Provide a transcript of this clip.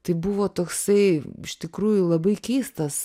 tai buvo toksai iš tikrųjų labai keistas